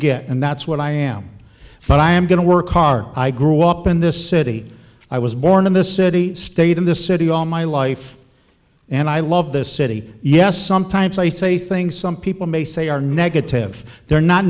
get and that's what i am but i am going to work hard i grew up in this city i was born in this city stayed in this city all my life and i love this city yes sometimes i say things some people may say are negative they're not